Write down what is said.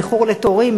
מאיחור לתורים,